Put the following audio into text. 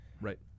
Right